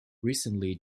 recently